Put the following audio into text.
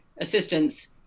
assistance